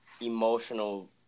emotional